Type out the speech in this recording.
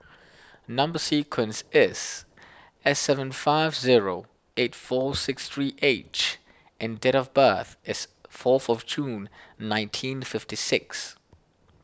Number Sequence is S seven five zero eight four six three H and date of birth is fourth of June nineteen fifty six